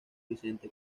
vicente